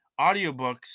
audiobooks